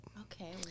Okay